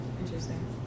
interesting